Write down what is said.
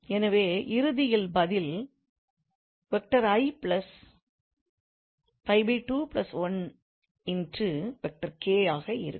எனவே இறுதியில் பதில் ஆக இருக்கும்